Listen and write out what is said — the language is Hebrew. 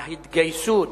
ההתגייסות